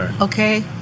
Okay